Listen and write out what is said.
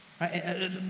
Right